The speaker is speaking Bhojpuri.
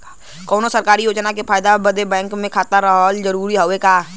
कौनो सरकारी योजना के फायदा बदे बैंक मे खाता रहल जरूरी हवे का?